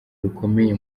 rukomeye